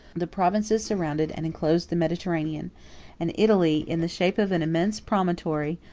the provinces surrounded and enclosed the mediterranean and italy, in the shape of an immense promontory,